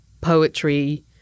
poetry